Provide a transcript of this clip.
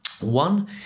One